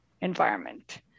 environment